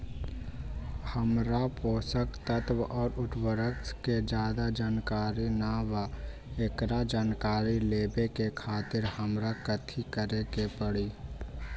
हमरा पोषक तत्व और उर्वरक के ज्यादा जानकारी ना बा एकरा जानकारी लेवे के खातिर हमरा कथी करे के पड़ी?